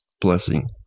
blessing